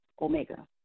Omega